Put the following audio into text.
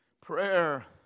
Prayer